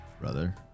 Brother